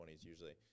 usually